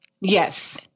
Yes